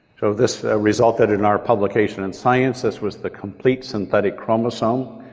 so this resulted in our publication in science, this was the complete synthetic chromosome,